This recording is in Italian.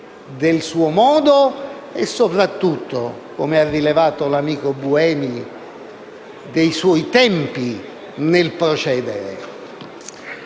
del suo modo e, soprattutto, come ha rilevato l'amico Buemi, dei suoi tempi nel procedere?